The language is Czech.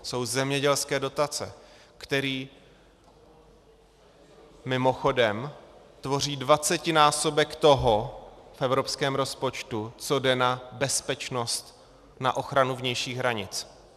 Jsou zemědělské dotace, které mimochodem tvoří dvacetinásobek toho v evropském rozpočtu, co jde na bezpečnost, na ochranu vnějších hranic.